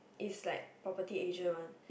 is like property agent one